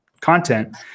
content